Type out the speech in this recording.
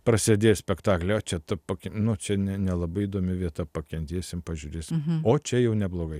prasėdės spektaklį nelabai įdomi vieta pakentėsim pažiūrėsim o čia jau neblogai